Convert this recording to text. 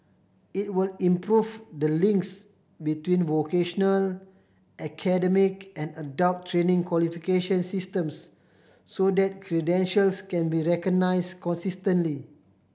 it will improve the links between vocational academic and adult training qualification systems so that credentials can be recognise consistently